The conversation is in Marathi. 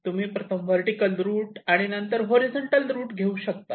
तुम्ही प्रथम वर्टीकल रूट आणि नंतर हॉरीझॉन्टल रूट घेऊ शकतात